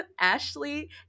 Ashley